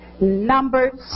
number